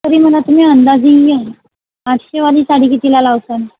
तरी मला तुम्ही अंदाजाने आठशेवाली साडी कितीला लावताल